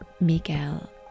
Miguel